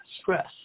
stress